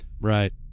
Right